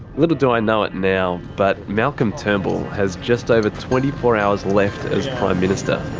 little do i know it now, but malcolm turnbull has just over twenty four hours left as prime minister.